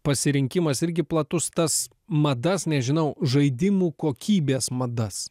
pasirinkimas irgi platus tas madas nežinau žaidimų kokybės madas